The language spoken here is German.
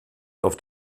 auf